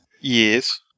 Yes